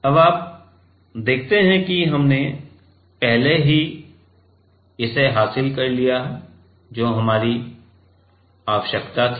अब आप देखते हैं कि हमने पहले ही हासिल कर लिया है जो भी हमारी आवश्यकता थी